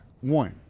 One